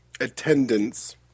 attendance